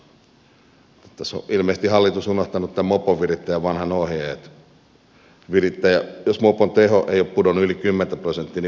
tässä on ilmeisesti hallitus unohtanut tämän moponvirittäjän vanhan ohjeen että jos mopon teho ei ole pudonnut yli kymmentä prosenttia niin viritys on onnistunut